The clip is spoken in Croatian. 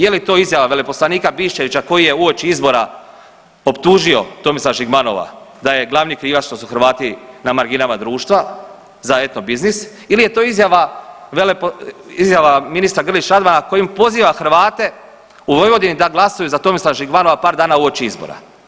Je li to izjava veleposlanika Biščevića koji je u uoči izbora optužio Tomislava Žigmanova da je glavni krivac što su Hrvati na marginama društva za etnobiznis ili je to izjava ministra Grlić Radmana kojom poziva Hrvate u Vojvodini da glasuju za Tomislava Žigmanova par dana uoči izbora.